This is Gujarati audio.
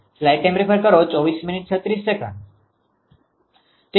તેથી 𝜃1 cos−1 0